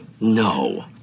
No